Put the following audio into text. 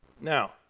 Now